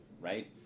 Right